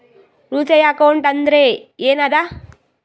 ಉಳಿತಾಯ ಅಕೌಂಟ್ ಅಂದ್ರೆ ಏನ್ ಅದ?